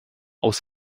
aus